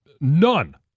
none